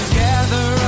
gather